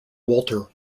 walter